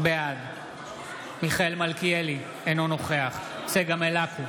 בעד מיכאל מלכיאלי, אינו נוכח צגה מלקו,